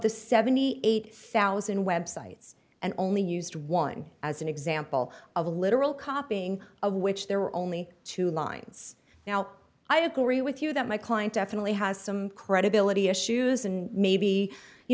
the seventy eight thousand websites and only used one as an example of a literal copying of which there were only two lines now i agree with you that my client definitely has some credibility issues and maybe you